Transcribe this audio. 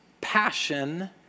passion